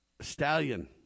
stallion